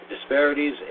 Disparities